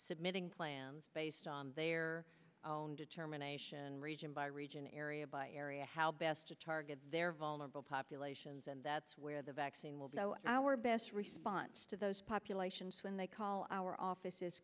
submitting plans based on their own determination region by region area by area how best to target their vulnerable populations and that's where the vaccine will go our best response so those populations when they call our office